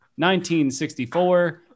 1964